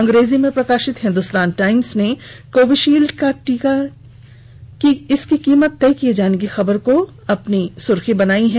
अंग्रेजी में प्रकाशित हिंदुस्तान टाईम्स ने कोविशिल्ड का टीका की कीमत तय किये जाने की खबर को पहली खबर बनाया है